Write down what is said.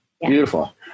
Beautiful